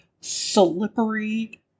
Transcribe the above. slippery